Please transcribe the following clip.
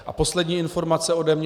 A poslední informace ode mě.